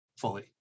fully